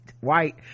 white